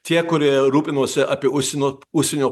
tie kurie rūpinosi apie užsieno užsienio